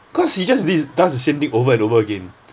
cause he just dis~ does the same thing over and over again